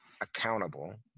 accountable